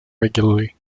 regularly